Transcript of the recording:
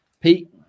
Pete